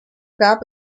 gab